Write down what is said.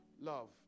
love